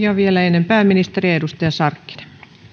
ja vielä ennen pääministeriä edustaja sarkkinen